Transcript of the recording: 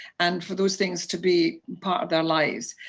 and for those things to be part of their lives.